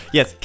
Yes